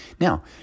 Now